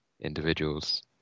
individuals